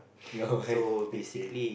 your wife okay